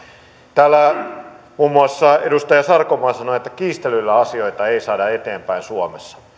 täällä muun muassa edustaja sarkomaa sanoi että kiistelyllä asioita ei saada eteenpäin suomessa